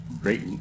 great